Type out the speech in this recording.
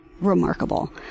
remarkable